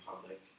public